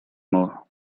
more